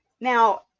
now